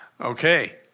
Okay